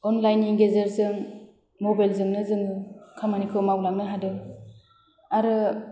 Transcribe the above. अनलाइननि गेजेरजों मबाइलजोंनो जोङो खामानिखौ मावलांनो हादों आरो